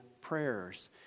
prayers